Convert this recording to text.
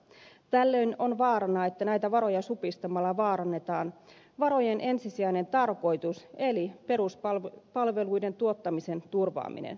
tällöin on vaarana että näitä varoja supistamalla vaarannetaan varojen ensisijainen tarkoitus eli peruspalveluiden tuottamisen turvaaminen